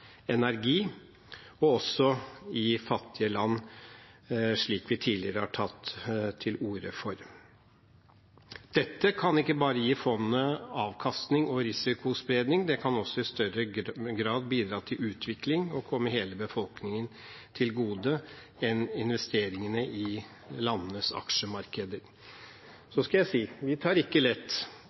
energi, og også i fattige land, slik vi tidligere har tatt til orde for. Dette kan ikke bare gi fondet avkastning og risikospredning, det kan også i større grad bidra til utvikling og komme hele befolkningen til gode enn investeringene i landenes aksjemarkeder. Så skal jeg si: Vi tar ikke lett